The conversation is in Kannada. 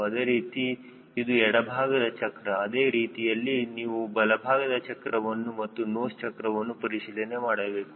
ಅದೇ ರೀತಿ ಇದು ಎಡಭಾಗದ ಚಕ್ರ ಅದೇ ರೀತಿಯಲ್ಲಿ ನೀವು ಬಲಭಾಗದ ಚಕ್ರವನ್ನು ಮತ್ತು ನೋಸ್ ಚಕ್ರವನ್ನು ಪರಿಶೀಲನೆ ಮಾಡಬೇಕು